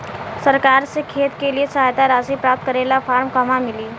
सरकार से खेत के लिए सहायता राशि प्राप्त करे ला फार्म कहवा मिली?